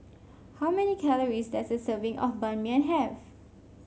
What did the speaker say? how many calories does a serving of Ban Mian have